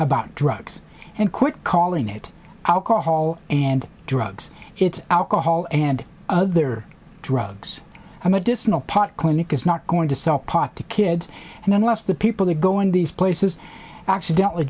about drugs and quit calling it alcohol and drugs it's alcohol and other drugs i'm additional pot clinic is not going to sell pot to kids and unless the people who go in these places accident